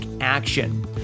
action